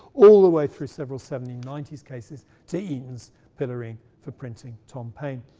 all the way through several seventeen ninety s cases to eaton's pillorying for printing tom payne,